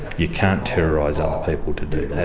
you can't terrorise other people to do that.